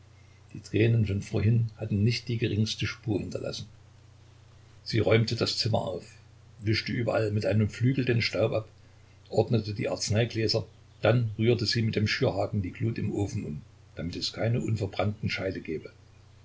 die tränen von vorhin hatten nicht die geringste spur hinterlassen sie räumte das zimmer auf wischte überall mit einem flügel den staub ab ordnete die arzneigläser dann rührte sie mit dem schürhaken die glut im ofen um damit es keine unverbrannten scheite gebe